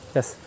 Yes